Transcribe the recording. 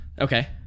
Okay